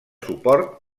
suport